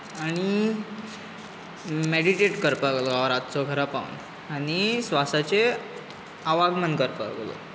आनी मेडिटेट करतां हांव रातचो घरा पावून आनी स्वासाचें अवागमन करपाक लागून